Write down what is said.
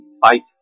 fight